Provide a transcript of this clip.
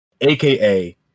aka